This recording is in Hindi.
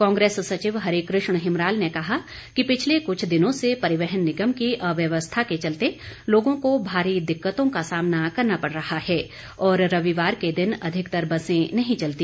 कांग्रेस सचिव हरि कृष्ण हिमराल ने कहा कि पिछले कुछ दिनों से परिवहन निगम की अव्यवस्था के चलते लोगों को भारी दिक्कतों का सामना करना पड़ रहा है और रविवार के दिन अधिकतर बसें नहीं चलती